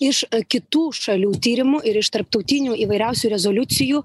iš kitų šalių tyrimų ir iš tarptautinių įvairiausių rezoliucijų